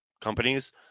companies